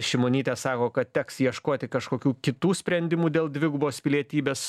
šimonytė sako kad teks ieškoti kažkokių kitų sprendimų dėl dvigubos pilietybės